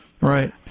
right